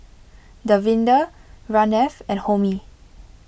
Davinder Ramnath and Homi